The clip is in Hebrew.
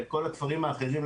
כל הכפרים האחרים,